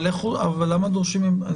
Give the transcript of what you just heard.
למה דורשים מהם?